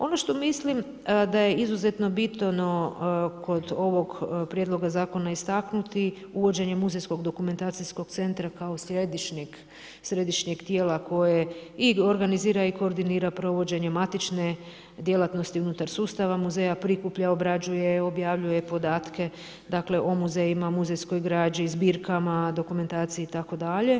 Ono što mislim da je izuzetno bitno kod ovog prijedloga zakona istaknuti uvođenje Muzejskog dokumentacijskog centra kao središnjeg tijela koje i organizira i koordinira provođenje matične djelatnosti unutar sustava muzeja, prikuplja, obrađuje, objavljuje podatke o muzejima, muzejskoj građi, zbirkama, dokumentaciji itd.